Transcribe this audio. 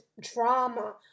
drama